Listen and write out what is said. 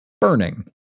burning